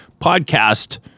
podcast